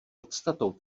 podstatou